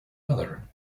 mother